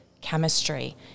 chemistry